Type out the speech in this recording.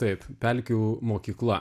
taip pelkių mokykla